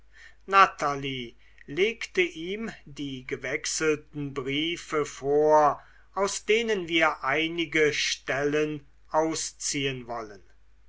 natalie legte ihm die gewechselten briefe vor aus denen wir einige stellen ausziehen wollen